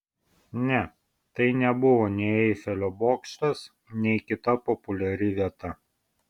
ne tai nebuvo nei eifelio bokštas nei kita populiari vieta